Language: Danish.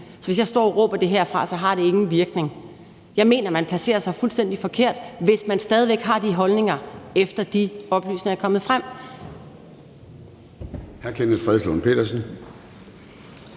Så hvis jeg står og råber det her fra, har det ingen virkning. Jeg mener, man placerer sig fuldstændig forkert, hvis man stadig væk har de holdninger, efter de oplysninger er kommet frem.